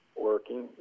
working